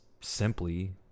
simply